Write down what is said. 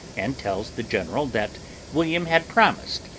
and tells the general that william had promised,